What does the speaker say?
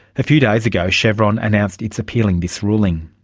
a few days ago, chevron announced it's appealing this ruling.